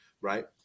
Right